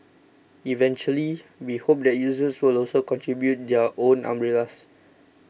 eventually we hope that users will also contribute their own umbrellas